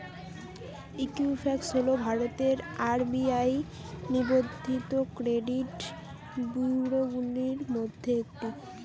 Equifax হল ভারতের RBI নিবন্ধিত ক্রেডিট ব্যুরোগুলির মধ্যে একটি